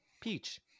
peach